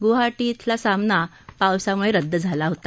गुवाहाटी इथला सामना पावसामुळे रद्द झाला होता